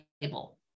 label